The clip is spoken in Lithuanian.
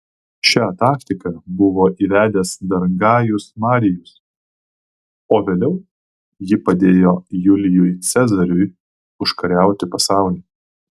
šią taktiką buvo įvedęs dar gajus marijus o vėliau ji padėjo julijui cezariui užkariauti pasaulį